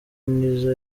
nizzo